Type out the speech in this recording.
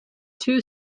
two